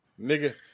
Nigga